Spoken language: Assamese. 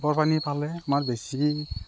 টেপৰ পানী পালে আমাৰ বেছি